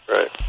Right